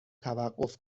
توقف